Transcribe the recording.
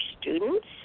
students